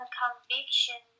conviction